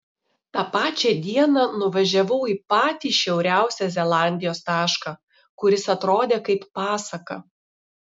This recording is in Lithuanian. tą pačią dieną nuvažiavau į patį šiauriausią zelandijos tašką kuris atrodė kaip pasaka